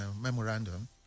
memorandum